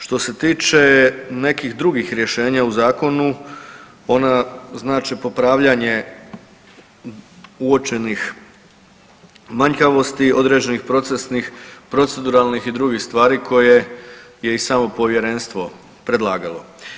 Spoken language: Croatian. Što se tiče nekih drugih rješenja u Zakonu, ona znače popravljanje uočenih manjkavosti, određenih procesnih, proceduralnih i drugih stvari koje je i samo Povjerenstvo predlagalo.